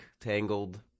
Tangled